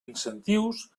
incentius